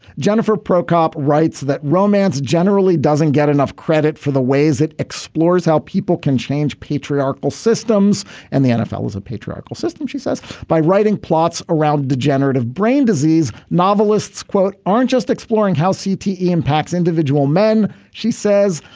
jennifer pro cop writes that romance generally doesn't get enough credit for the ways it explores how people can change patriarchal systems and the nfl is a patriarchal system she says by writing plots around degenerative brain disease. novelists quote aren't just exploring how cte impacts individual men she says.